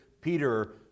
Peter